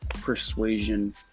persuasion